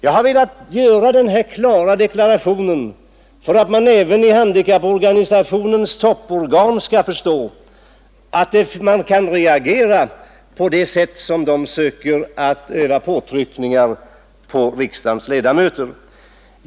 Jag har velat göra denna klara deklaration för att även handikapporganisationernas topporgan skall förstå att man kan reagera mot det sätt på vilket de försöker utöva påtryckningar på riksdagens ledamöter.